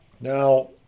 Now